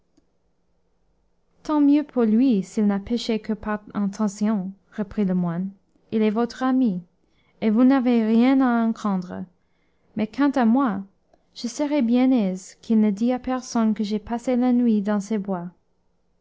tant mieux pour lui s'il n'a péché que par intention reprit le moine il est votre ami et vous n'avez rien à en craindre mais quant à moi je serais bien aise qu'il ne dît à personne que j'ai passé la nuit dans ces bois